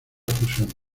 fusión